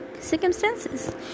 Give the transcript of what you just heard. circumstances